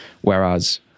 Whereas